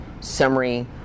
summary